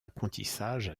apprentissage